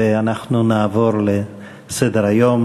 ואנחנו נעבור לסדר-היום.